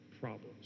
problems